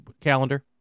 calendar